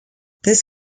this